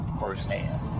firsthand